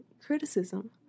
criticism